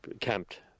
camped